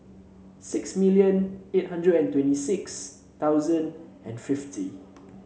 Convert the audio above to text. six million eight hundred and twenty six thousand and fifty